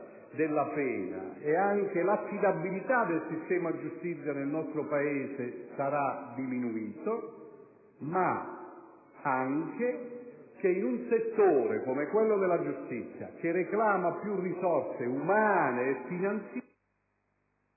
della pena e dell'affidabilità del sistema giustizia nel nostro Paese. Inoltre, in un settore come quello della giustizia, che esige più risorse umane e finanziarie,